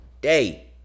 day